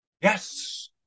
Yes